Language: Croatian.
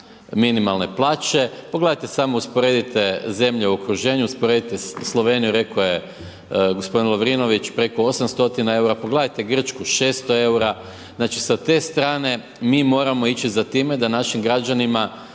minimalne plaće, pogledajte samo, usporedite zemlje u okruženju, usporedite Sloveniju, rek'o je gospodin Lovrinović, preko 800 EUR-a, pogledajte Grčku 600 EUR-a, znači sa te strane, mi moramo ići za time da našim građanima